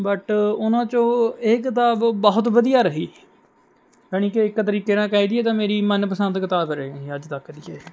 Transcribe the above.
but ਉਹਨਾਂ 'ਚੋਂ ਇਹ ਕਿਤਾਬ ਬਹੁਤ ਵਧੀਆ ਰਹੀ ਜਾਣੀ ਕਿ ਇੱਕ ਤਰੀਕੇ ਨਾਲ਼ ਕਹਿ ਦਈਏ ਤਾਂ ਮੇਰੀ ਮਨਪਸੰਦ ਕਿਤਾਬ ਰਹੀ ਅੱਜ ਤੱਕ ਦੀ ਇਹ